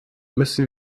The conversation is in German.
müssen